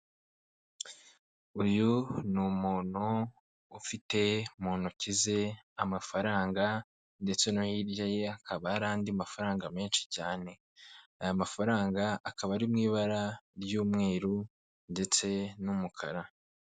Uyu ni umuntu ufite mu ntoki ze amafaranga, ndetse no hirya ye hakaba hari andi mafaranga menshi cyane, aya mafaranga akaba ari mu ibara ry'umweru ndetse n'umukara.